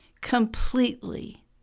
completely